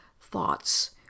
thoughts